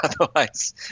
Otherwise